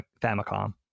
Famicom